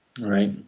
Right